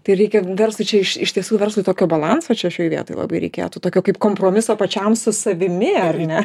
tai reikia verslui čia iš iš tiesų verslui tokio balanso čia šioj vietoj labai reikėtų tokio kaip kompromiso pačiam su savimi argi ne